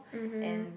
mmhmm